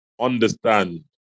understand